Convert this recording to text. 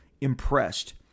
impressed